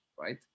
right